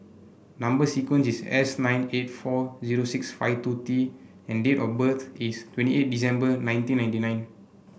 number sequence is S nine eight four zero six five two T and date of birth is twenty eight December nineteen ninety nine